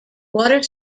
water